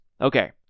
Okay